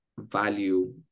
value